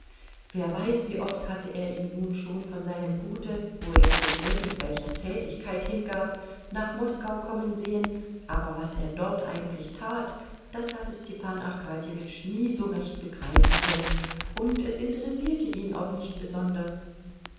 wer weiß wie oft hatte er ihn nun schon von seinem gute wo er sich irgendwelcher tätigkeit hingab nach moskau kommen sehen aber was er dort eigentlich tat das hatte stepan arkadjewitsch nie so recht begreifen können und es interessierte ihn auch nicht besonders